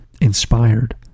Inspired